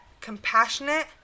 Compassionate